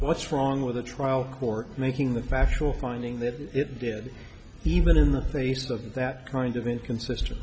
what's wrong with the trial court making the factual finding that even in the things of that kind of inconsistent